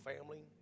family